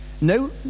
No